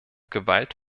gewalt